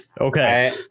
Okay